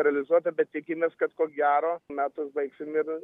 realizuota bet tikimės kad ko gero metus baigsim ir